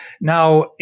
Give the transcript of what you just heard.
Now